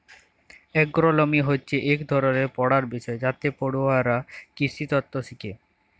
এগ্রোলমি হছে ইক ধরলের পড়ার বিষয় যাতে পড়ুয়ারা কিসিতত্ত শিখে